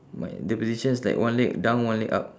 mine the position is like one leg down one leg up